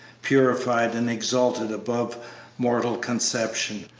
purified and exalted above mortal conception.